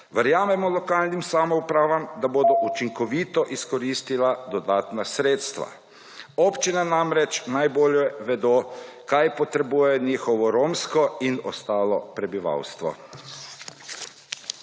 Verjamemo lokalnim samoupravam, da bodo učinkovito izkoristila dodatna sredstva. Občine namreč najbolje vedo kaj potrebuje njihovo romsko in ostalo prebivalstvo.